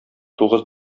тугыз